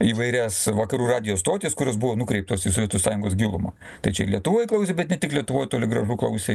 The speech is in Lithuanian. įvairias vakarų radijo stotys kurios buvo nukreiptos į sovietų sąjungos gilumą tai čia ir lietuvoj klausė bet ne tik lietuvoj toli gražu klausė